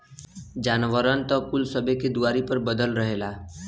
जानवरन त कुल सबे के दुआरी पर बँधल रहेला